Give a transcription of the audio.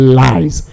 lies